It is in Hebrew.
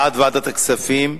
בעד ועדת הכספים.